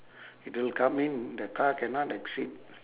it'll come in the car cannot exit